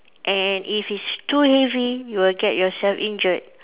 and if it's too heavy you will get yourself injured